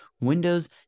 Windows